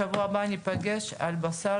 בשבוע הבא ניפגש על בשר,